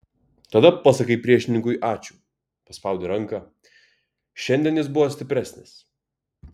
tada pasakai priešininkui ačiū paspaudi ranką šiandien jis buvo stipresnis